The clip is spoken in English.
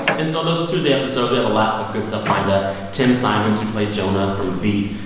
and so those tuesday episodes, we have a lot of good stuff lined up tim simons, who played jonah from veep,